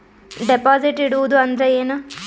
Deposit ಇಡುವುದು ಅಂದ್ರ ಏನ?